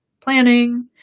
planning